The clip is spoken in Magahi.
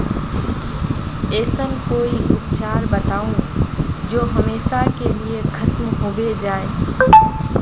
ऐसन कोई उपचार बताऊं जो हमेशा के लिए खत्म होबे जाए?